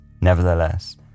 Nevertheless